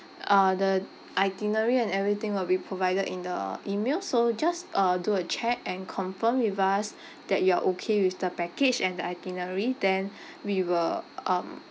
uh the itinerary and everything will be provided in the email so just uh do a check and confirm with us that you are okay with the package and the itinerary then we will um